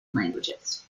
languages